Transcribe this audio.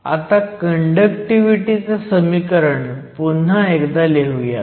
आता कंडक्टिव्हिटी चं समीकरण पुन्हा एकदा लिहुयात